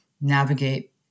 navigate